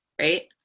Right